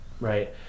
right